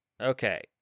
Okay